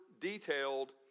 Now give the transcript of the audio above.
detailed